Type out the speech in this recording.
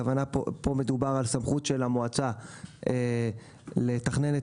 פה מדובר על סמכות של המועצה לתכנון את